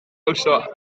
auzoa